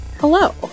hello